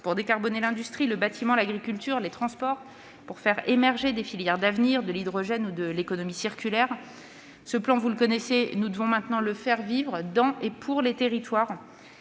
pour décarboner l'industrie, le bâtiment, l'agriculture, les transports, pour faire émerger des filières d'avenir, qu'il s'agisse de l'hydrogène ou de l'économie circulaire. Ce plan, vous le connaissez. Nous devons maintenant le faire vivre dans et pour les territoires,